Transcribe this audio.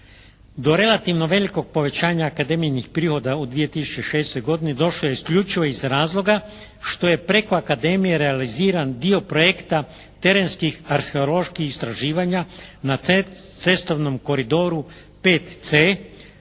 Do relativno velikog povećanja akademijinih prihoda u 2006. godini došlo je isključivo iz razloga što je preko akademije realiziran dio projekta terenskih arheoloških istraživanja na cestovnom koridoru 5C